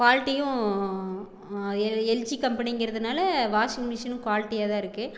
குவால்டியும் எ எல்ஜி கம்பனிங்கிறதுனால வாஷிங்மிஷினும் குவால்ட்டியாகதான் இருக்குது